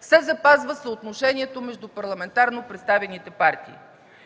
се запазва съотношението между парламентарно представените партии.